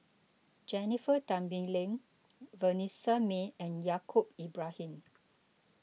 Jennifer Tan Bee Leng Vanessa Mae and Yaacob Ibrahim